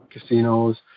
casinos